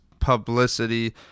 publicity